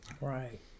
right